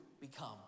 become